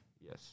Yes